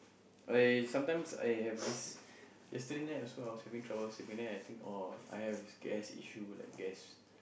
I sometimes I have this yesterday night also I was having trouble sleeping then I think oh I have this gas issue like gas